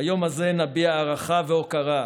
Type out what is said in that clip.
ביום הזה נביע הערכה והוקרה,